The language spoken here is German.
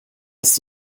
ist